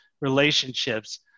relationships